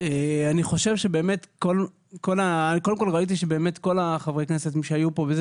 ראיתי שבאמת כל חברי הכנסת שהיו פה,